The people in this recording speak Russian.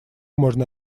можно